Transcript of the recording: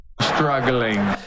struggling